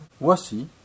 voici